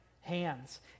hands